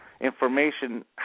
information